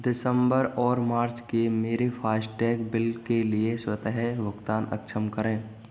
दिसम्बर और मार्च के मेरे फास्टैग बिल के लिए स्वतः भुगतान अक्षम करें